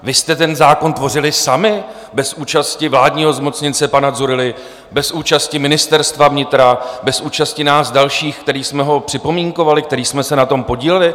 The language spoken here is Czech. Vy jste ten zákon tvořili sami bez účasti vládního zmocněnce pana Dzurilly, bez účasti Ministerstva vnitra, bez účasti nás dalších, kteří jsme ho připomínkovali, kteří jsme se na tom podíleli?